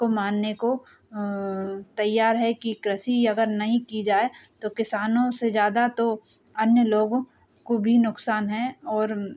को मानने को तैयार है कि कृषि अगर नहीं की जाए तो किसानों से ज़्यादा तो अन्य लोगों को भी नुकसान है और